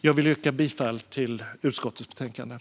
Jag vill yrka bifall till utskottets förslag i betänkandet.